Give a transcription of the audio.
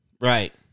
Right